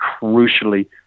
crucially